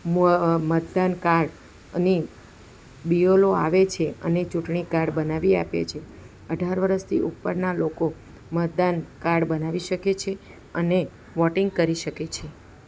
મો અ મતદાન કાર્ડ અને બિ એલ ઓ આવે છે અને ચૂંટણીકાર્ડ બનાવી આપે છે અઢાર વરસથી ઉપરના લોકો મતદાન કાર્ડ બનાવી શકે છે અને વોટિંગ કરી શકે છે